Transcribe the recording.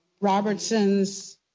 Robertson's